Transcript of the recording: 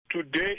Today